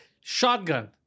Shotgun